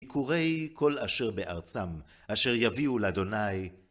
ביכורי כל אשר בארצם, אשר יביאו לה'.